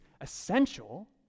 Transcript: essential